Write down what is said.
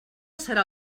serà